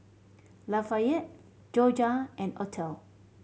Lafayette Jorja and Othel